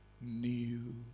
new